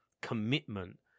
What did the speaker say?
commitment